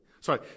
sorry